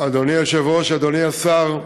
אדוני היושב-ראש, אדוני השר,